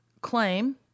claim